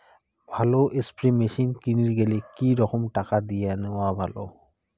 ভালো spray machine কিনির গেলে কি রকম টাকা দিয়া নেওয়া ভালো?